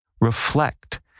reflect